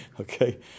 okay